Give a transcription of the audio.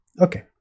okay